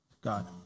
God